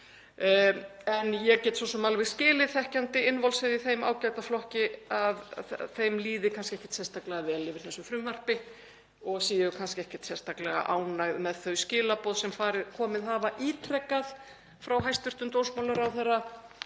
Ég get svo sem alveg skilið, þekkjandi innvolsið í þeim ágæta flokki, að þeim líði kannski ekkert sérstaklega vel yfir þessu frumvarpi og séu kannski ekkert sérstaklega ánægð með þau skilaboð sem ítrekað hafa komið frá hæstv. dómsmálaráðherra